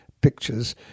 pictures